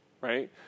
right